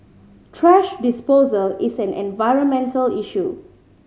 thrash disposal is an environmental issue